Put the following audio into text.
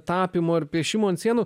tapymo ir piešimo ant sienų